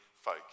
folk